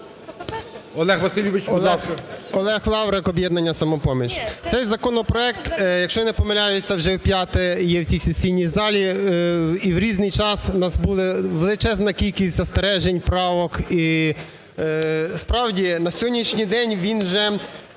О.В. Олег Лаврик, "Об'єднання "Самопоміч". Цей законопроект, якщо я не помиляюся, вже вп'яте є в цій сесійній залі, і в різний час у нас була величезна кількість застережень, правок і… Справді, на сьогоднішній день він вже